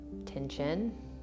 Tension